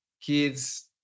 kids